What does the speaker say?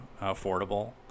affordable